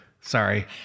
Sorry